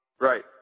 Right